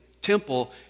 temple